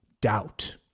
doubt